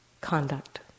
conduct